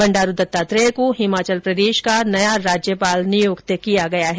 भण्डारू दत्तात्रेय को हिमाचल प्रदेश का नया राज्यपाल नियुक्त किया गया है